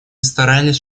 старались